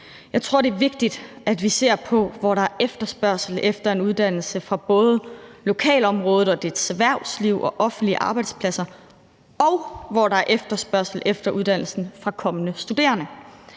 Jeg tror, at det er vigtigt, at vi både ser på, hvorfra der er efterspørgsel efter en uddannelse – altså, om det er fra lokalområdet og dets erhvervsliv og offentlige arbejdspladser – og på, hvor der er efterspørgsel efter uddannelsen fra kommende studerende.